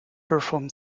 perform